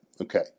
Okay